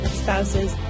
spouses